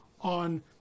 on